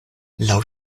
laŭ